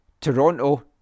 Toronto